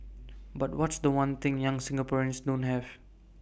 but what's The One thing young Singaporeans don't have